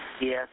Yes